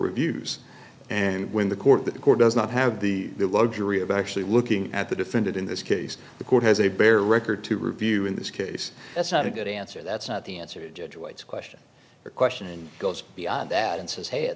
reviews and when the court the court does not have the luxury of actually looking at the defendant in this case the court has a bare record to review in this case that's not a good answer that's not the answer to a question or question and goes beyond that and says hey